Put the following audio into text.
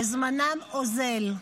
וזמנם אוזל.